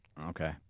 Okay